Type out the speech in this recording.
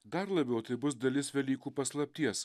dar labiau tai bus dalis velykų paslapties